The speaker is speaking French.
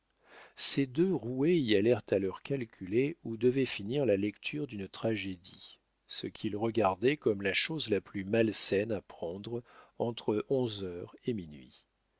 ces deux roués y allèrent à l'heure calculée où devait finir la lecture d'une tragédie ce qu'ils regardaient comme la chose la plus malsaine à prendre entre onze heures et minuit